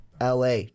la